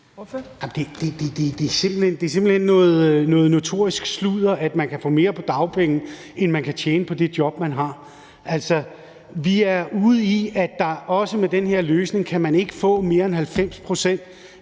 Det er simpelt hen noget notorisk sludder, at man kan få mere på dagpenge, end man kan tjene på det job, man har. Vi er ude i, at man også med den her løsning ikke kan få mere end 90 pct.